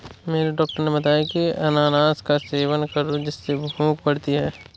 मेरे डॉक्टर ने बताया की अनानास का सेवन करो जिससे भूख बढ़ती है